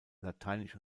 lateinisch